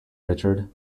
richard